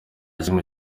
kimwe